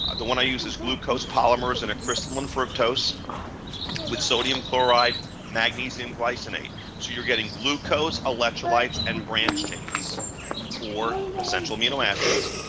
the one i use is glucose polymers and a crystalline fructose with sodium chloride, magnesium glycinate. so you're getting glucose, electrolytes and branch chains or essential amino acids.